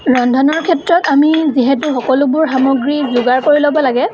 ৰন্ধনৰ ক্ষেত্ৰত আমি যিহেতু সকলোবোৰ সামগ্ৰী যোগাৰ কৰি ল'ব লাগে